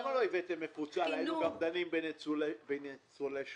למה לא הבאתם מפוצל, היינו גם דנים בניצולי שואה?